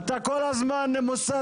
אתה כל הזמן מוסח.